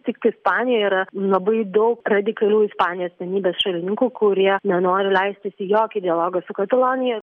tik ispanija yra labai daug radikalių ispanijos vienybės šalininkų kurie nenori leistis į jokį dialogą su katalonija